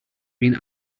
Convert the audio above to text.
been